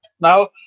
Now